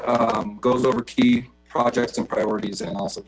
bit goes over key projects and priorities and also